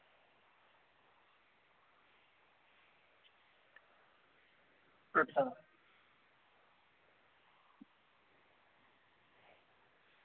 अच्छा